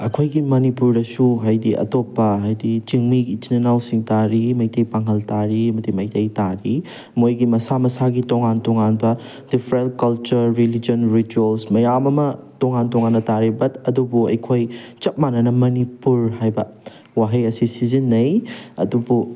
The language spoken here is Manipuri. ꯑꯩꯈꯣꯏꯒꯤ ꯃꯅꯤꯄꯨꯔꯗꯁꯨ ꯍꯥꯏꯗꯤ ꯑꯇꯣꯞꯄ ꯍꯥꯏꯗꯤ ꯆꯤꯡꯃꯤꯒꯤ ꯏꯆꯤꯜ ꯏꯅꯥꯎꯁꯤꯡ ꯇꯥꯔꯤ ꯃꯩꯇꯩ ꯄꯥꯉꯜ ꯇꯥꯔꯤ ꯃꯩꯇꯩ ꯇꯥꯔꯤ ꯃꯣꯏꯒꯤ ꯃꯁꯥ ꯃꯁꯥꯒꯤ ꯇꯣꯉꯥꯟ ꯇꯣꯉꯥꯟꯕ ꯗꯤꯐꯔꯦꯟ ꯀꯜꯆꯔ ꯔꯤꯂꯤꯖꯟ ꯔꯤꯆꯨꯌꯦꯜꯁ ꯃꯌꯥꯝ ꯑꯃ ꯇꯣꯉꯥꯟ ꯇꯣꯉꯥꯟꯅ ꯇꯥꯔꯤ ꯕꯠ ꯑꯗꯨꯕꯨ ꯑꯩꯈꯣꯏ ꯆꯞ ꯃꯅꯥꯅ ꯃꯅꯤꯄꯨꯔ ꯍꯥꯏꯕ ꯋꯥꯍꯩ ꯑꯁꯤ ꯁꯤꯖꯟꯅꯩ ꯑꯗꯨꯕꯨ